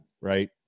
right